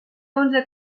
onze